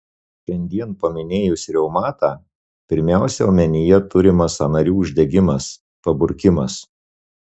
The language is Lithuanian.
šiandien paminėjus reumatą pirmiausia omenyje turimas sąnarių uždegimas paburkimas